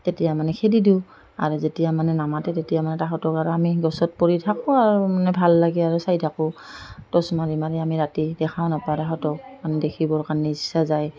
তেতিয়া মানে খেদি দিওঁ আৰু যেতিয়া মানে নামাতে তেতিয়া মানে সিহঁতক আৰু আমি গছত পৰি থাকিব আৰু মানে ভাল লাগে আৰু চাই থাকোঁ টচ মাৰি মাৰি আমি ৰাতি দেখাও নাপাওঁ সিহঁতক মানে দেখিবৰ কাৰণে ইচ্ছা যায়